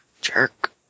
Jerk